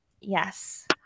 Yes